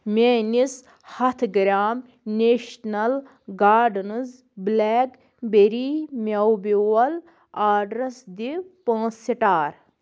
میٛٲنِس ہَتھ gram national gardens blackberry مٮ۪وٕ بیٛوٚل آرڈرَس دِ پانٛژھ سِٹار